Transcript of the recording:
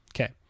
Okay